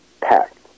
Packed